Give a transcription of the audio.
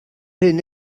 hyn